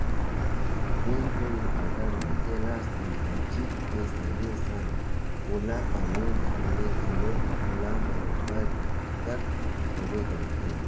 bank ले defaulter मनसे ल समाजिक के संगे संग ओला कानूनी ढंग ले घलोक ओला बरोबर दिक्कत होबे करथे